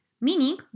meaning